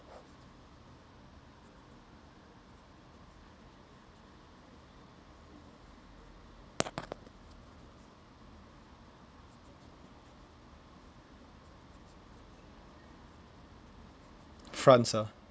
france ah